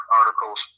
articles